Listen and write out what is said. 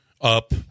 up